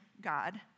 God